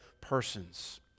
persons